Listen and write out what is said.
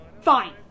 Fine